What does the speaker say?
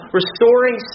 restoring